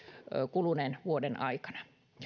kuluneen vuoden aikana